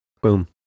Boom